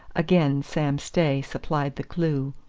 again sam stay supplied the clue.